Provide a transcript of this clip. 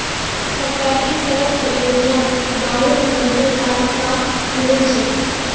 सरकारी सड़क परियोजनात गांउर मजदूर लाक काम मिलील छ